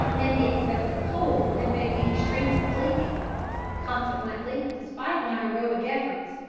and the excessive cold had made me extremely sleepy consequently, despite my heroic efforts,